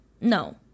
no